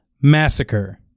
Massacre